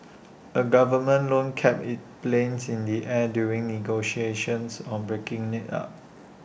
A government loan kept its planes in the air during negotiations on breaking IT up